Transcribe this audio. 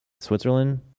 Switzerland